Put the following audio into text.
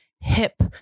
hip